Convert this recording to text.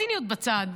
ציניות בצד.